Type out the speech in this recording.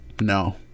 no